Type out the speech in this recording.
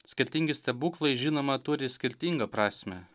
skirtingi stebuklai žinoma turi skirtingą prasmę